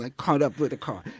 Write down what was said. like caught up with the car.